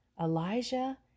Elijah